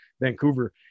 Vancouver